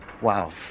Wow